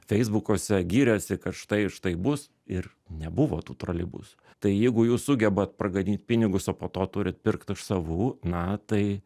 feisbukuose girėsi kad štai štai bus ir nebuvo tų troleibusų tai jeigu jūs sugebat paganyt pinigus o po to turi pirkti iš savų na tai